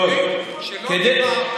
כשלא דיברת,